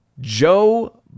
Joe